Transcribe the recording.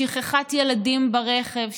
שכחת ילדים ברכב,